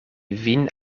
vin